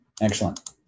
excellent